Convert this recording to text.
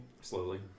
Slowly